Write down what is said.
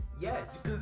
Yes